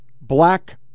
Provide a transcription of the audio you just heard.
Black